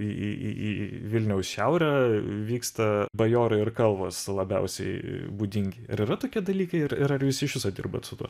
į į į į vilniaus šiaurę vyksta bajorai ir kalvos labiausiai būdingi ir yra tokie dalykai ir ar jūs iš viso dirbat su tuo